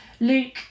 Luke